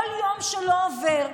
כל יום שלא עובר,